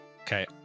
Okay